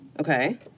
Okay